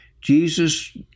Jesus